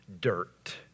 dirt